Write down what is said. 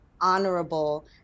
honorable